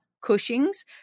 Cushing's